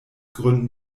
gründen